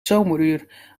zomeruur